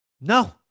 No